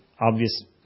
obvious